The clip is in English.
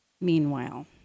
meanwhile